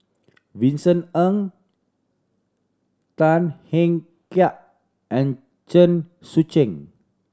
Vincent Ng Tan Hiang Kek and Chen Sucheng